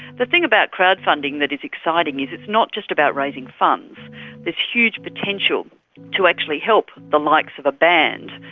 the thing about crowd funding that is exciting is it's not just about raising funds there's huge potential to actually help the likes of a band,